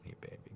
baby